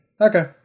okay